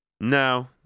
No